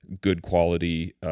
good-quality